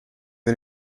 and